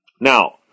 Now